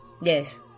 Yes